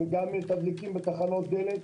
מתדלקים בתחנות דלק.